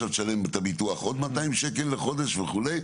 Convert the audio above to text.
תשלם את הביטוח עוד 200 ש"ח לחודש וכו'.